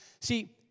See